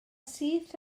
syth